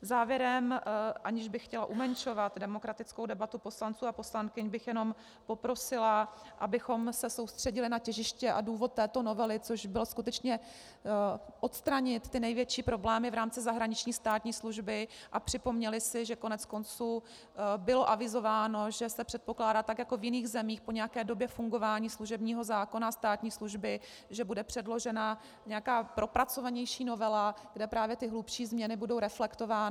Závěrem, aniž bych chtěla umenšovat demokratickou debatu poslanců a poslankyň, bych jenom poprosila, abychom se soustředili na těžiště a důvod této novely, což bylo skutečně odstranit ty největší problémy v rámci zahraniční státní služby, a připomněli si, že koneckonců bylo avizováno, že se předpokládá, tak jako v jiných zemích, po nějaké době fungování služebního zákona a státní služby, že bude předložena nějaká propracovanější novela, kde právě ty hlubší změny budou reflektovány.